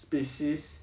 species